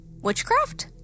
Witchcraft